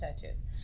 tattoos